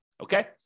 okay